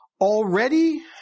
Already